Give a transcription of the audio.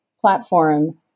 platform